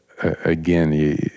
again